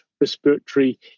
respiratory